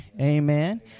amen